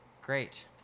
Great